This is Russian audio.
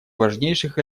важнейших